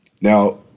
Now